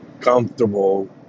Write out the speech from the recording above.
comfortable